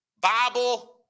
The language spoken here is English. bible